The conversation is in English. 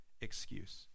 excuse